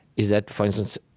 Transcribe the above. is that, for instance,